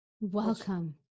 Welcome